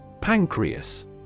Pancreas